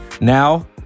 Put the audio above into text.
Now